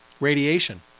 radiation